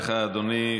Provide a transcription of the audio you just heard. תודה לך, אדוני.